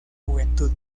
juventud